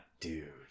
Dude